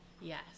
Yes